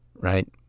right